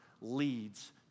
leads